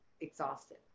exhausted